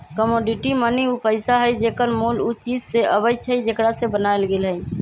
commodity money उ पइसा हइ जेकर मोल उ चीज से अबइ छइ जेकरा से बनायल गेल हइ